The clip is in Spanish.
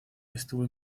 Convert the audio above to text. estuvo